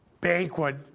banquet